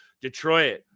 Detroit